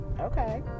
Okay